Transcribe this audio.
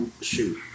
Shoot